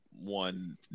One